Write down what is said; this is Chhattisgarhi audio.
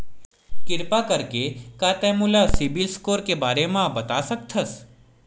किरपा करके का तै मोला सीबिल स्कोर के बारे माँ बता सकथस?